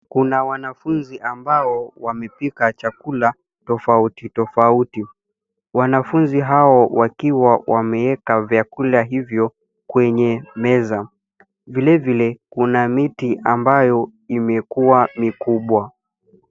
Kuna wanafunzi ambao wamepika chakula tofauti tofauti. Wanafunzi hao wakiwa wameeka vhakula hivyo kwenye meza. Vile vile, kuna miti ambayo imekua mikubwa.